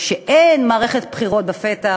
כשאין מערכת בחירות בפתח,